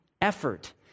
effort